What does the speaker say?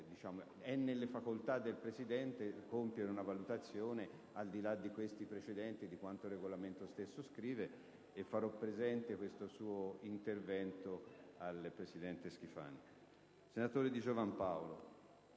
È nella facoltà del Presidente compiere una valutazione, al di là di questi precedenti, di quanto il Regolamento stesso prevede. Farò presente questa sua richiesta al presidente Schifani. **Per un sollecito